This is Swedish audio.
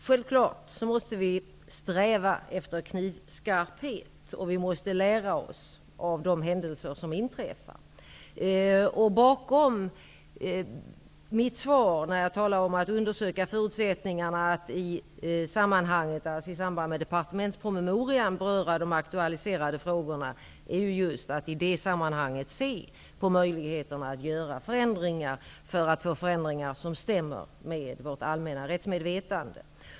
Herr talman! Vi måste självfallet sträva efter att lagstiftningen skall vara knivskarp, och vi måste lära oss av de händelser som har inträffat. I mitt svar talade jag om att undersöka förutsättningarna att i samband med departementspromemorian beröra de aktualiserade frågorna. Avsikten är att man i det sammanhanget kan se på möjligheterna att genomföra förändringar, för att få till stånd ändringar som stämmer med vårt allmänna rättsmedvetande.